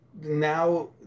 Now